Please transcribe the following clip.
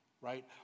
right